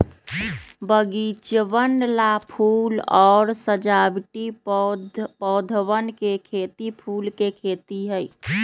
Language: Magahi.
बगीचवन ला फूल और सजावटी पौधवन के खेती फूल के खेती है